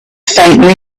faintly